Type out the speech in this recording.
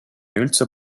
üldse